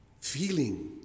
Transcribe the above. feeling